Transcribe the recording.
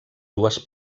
dues